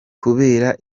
kubera